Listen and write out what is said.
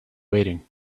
waiting